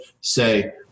say